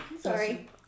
Sorry